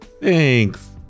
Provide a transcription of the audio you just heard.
Thanks